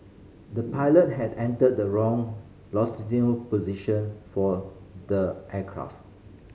the pilot had entered the wrong longitudinal position for the aircraft